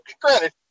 granted